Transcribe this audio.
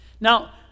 Now